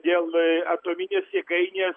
dėl atominės jėgainės